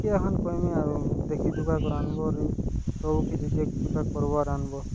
କି ହାନ୍ କହିଁବି ଆଉ ଦେଖିଁ ଦୁଖାଁ କର୍ ଆନବର୍ ଆରୁ ସବୁ କିଛି ଚେକ୍ ଚୁକା କର୍ବାର୍ ଆଣିବ